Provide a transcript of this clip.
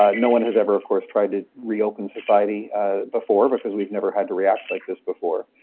um no one has ever of course tried to reopen society before, because we've never had to react like this before.